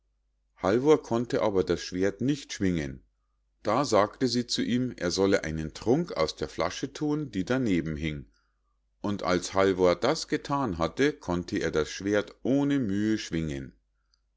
halvor konnte aber das schwert nicht schwingen da sagte sie zu ihm er solle einen trunk aus der flasche thun die daneben hange und als halvor das gethan hatte konnte er das schwert ohne mühe schwingen